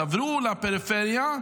תעברו לפריפריה,